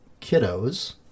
kiddos